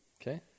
okay